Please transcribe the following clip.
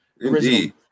Indeed